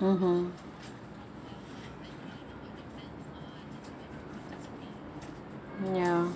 (uh huh) ya